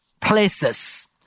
places